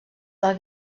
del